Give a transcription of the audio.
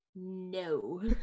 no